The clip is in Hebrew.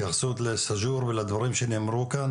התייחסות לסאג'ור ולדברים שנאמרו כאן?